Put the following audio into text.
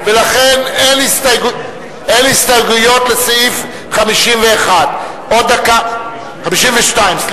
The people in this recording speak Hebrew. ולכן אין הסתייגויות לסעיף 51. סעיף 52,